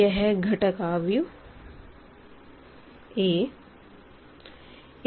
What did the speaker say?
यह घटक matrix A है